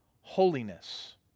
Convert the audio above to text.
holiness